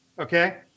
Okay